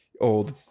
old